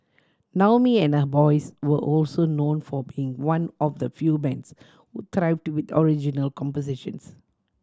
Naomi and her boys were also known for being one of the few bands who thrived with original compositions